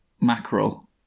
Mackerel